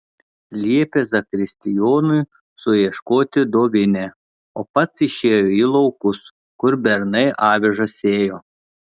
liepė zakristijonui suieškoti dovinę o pats išėjo į laukus kur bernai avižas sėjo